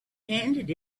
handed